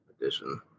edition